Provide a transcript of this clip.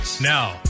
Now